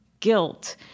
guilt